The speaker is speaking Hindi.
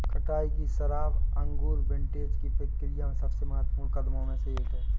कटाई की शराब अंगूर विंटेज की प्रक्रिया में सबसे महत्वपूर्ण कदमों में से एक है